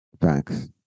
Thanks